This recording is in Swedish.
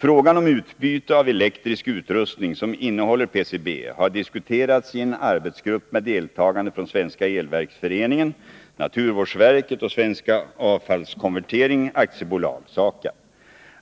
Frågan om utbyte av elektrisk utrustning som innehåller PCB har diskuterats i en arbetsgrupp med deltagande från Svenska Elverksföreningen, naturvårdsverket och Svensk Avfallskonvertering AB .